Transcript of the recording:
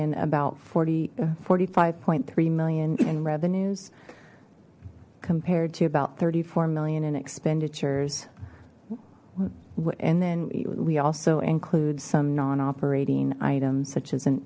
in about forty forty five point three million in revenues compared to about thirty four million in expenditures and then we also include some non operating items such as an